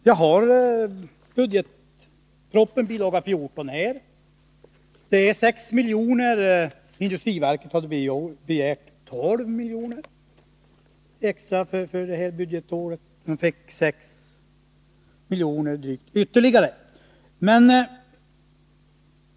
Jag har budgetpropositionen bil. 14 här. Där föreslås en uppräkning av anslaget med 6 milj.kr. Industriverket hade begärt 12 milj.kr. extra för det här budgetåret.